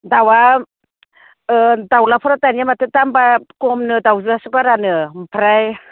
दाउआ दाउज्लाफोरा दानिया माथो दामा खमनो दाउजो आसो बारानो ओमफ्राय